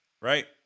Right